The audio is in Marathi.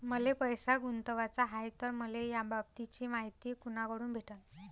मले पैसा गुंतवाचा हाय तर मले याबाबतीची मायती कुनाकडून भेटन?